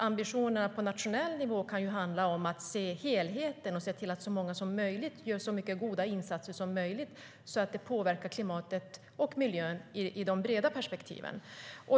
Ambitionerna på nationell nivå kan handla om att se helheten och se till att så många som möjligt gör så många goda insatser som möjligt så att det påverkar klimatet och miljön i de breda perspektiven.